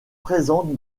présente